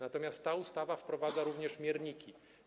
Natomiast ta ustawa wprowadza również mierniki.